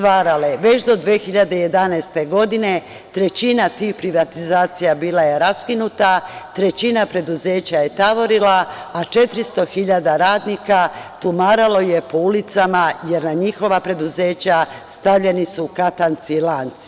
Već do 2011. godine trećina tih privatizacija bila je raskinuta, trećina preduzeća je tavorila, a 400 hiljada radnika tumaralo je po ulicama, jer na njihova preduzeća stavljeni su katanci i lanci.